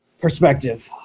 perspective